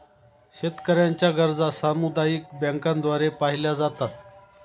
शेतकऱ्यांच्या गरजा सामुदायिक बँकांद्वारे पाहिल्या जातात